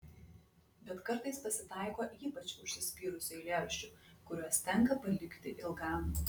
bet kartais pasitaiko ypač užsispyrusių eilėraščių kuriuos tenka palikti ilgam